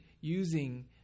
using